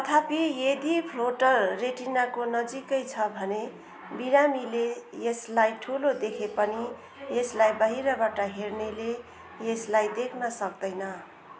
तथापि यदि फ्लोटर रेटिनाको नजिकै छ भने बिरामीले यसलाई ठुलो देखे पनि यसलाई बाहिरबाट हेर्नेले यसलाई देख्न सक्दैन